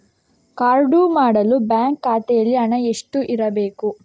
Card ಮಾಡಲು bank ಖಾತೆಯಲ್ಲಿ ಹಣ ಎಷ್ಟು ಇರಬೇಕು?